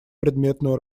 предметную